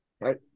Right